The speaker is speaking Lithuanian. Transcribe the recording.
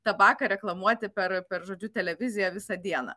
tabaką reklamuoti per per žodžiu televiziją visą dieną